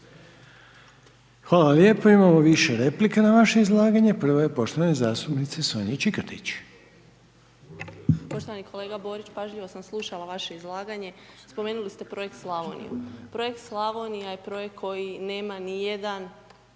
vam lijepo, imamo više replika na vaše izlaganje, prvo je poštovane zastupnice Sonje Čikotić. **Čikotić, Sonja (Nezavisni)** Poštovani kolega Borić, pažljivo sam slušala vaše izlaganje, spomenuli ste Projekt Slavoniju, Projekt Slavonija je projekt koji nema ni jedan